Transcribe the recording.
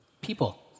People